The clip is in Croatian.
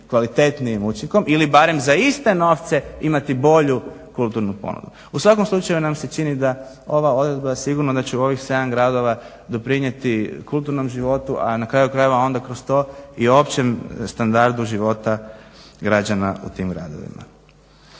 kvalitetnijim učinkom ili barem za iste novce imati bolju kulturnu ponudu. U svakom slučaju nam se čini da ova odredba sigurno da će u ovih sedam gradova doprinijeti kulturnom životu a na kraju krajeva onda kroz to i općem standardu života građana u tim gradovima.